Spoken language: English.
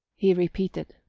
he repeated.